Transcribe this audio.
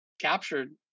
captured